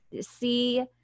see